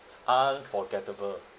unforgettable